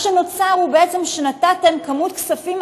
מה שנוצר הוא בעצם שנתתם כמות כספים